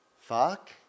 fuck